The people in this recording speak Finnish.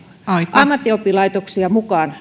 ammattioppilaitoksia mukaan